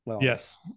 yes